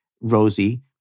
Rosie